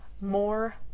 more